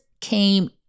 came